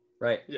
Right